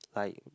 like